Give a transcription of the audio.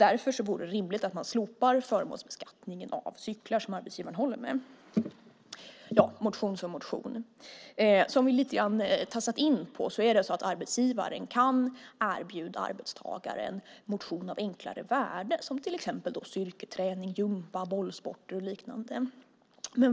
Därför vore det rimligt att man slopade förmånsbeskattningen av cyklar som arbetsgivaren håller med. Motion som motion. Som vi lite grann tassat in på kan arbetsgivaren erbjuda arbetstagaren motion av enklare värde som till exempel styrketräning, gympa, bollsporter och liknande.